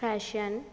fashion